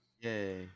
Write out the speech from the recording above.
Yay